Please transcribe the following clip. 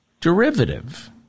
derivative